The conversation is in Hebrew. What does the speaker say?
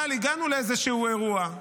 אבל הגענו לאיזשהו אירוע,